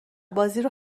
بازیرو